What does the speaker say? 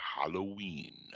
Halloween